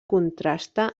contrasta